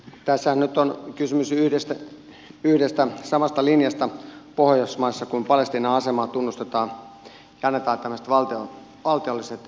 tässähän nyt on kysymys yhdestä samasta linjasta pohjoismaissa kun palestiinan asemaa tunnustetaan ja annetaan tämmöiset valtiolliset tunnusmerkit